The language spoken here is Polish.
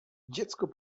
dziecko